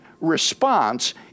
response